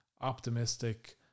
optimistic